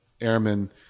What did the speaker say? airmen